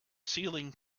ceiling